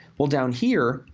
well, down here,